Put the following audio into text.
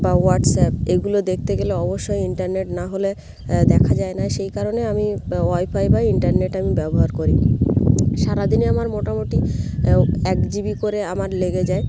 বা হোয়াটসঅ্যাপ এইগুলো দেখতে গেলে অবশ্যই ইন্টারনেট না হলে দেখা যায় না সেই কারণেই আমি ওয়াইফাই বা ইন্টারনেট আমি ব্যবহার করি সারা দিনে আমার মোটামুটি এক জিবি করে আমার লেগে যায়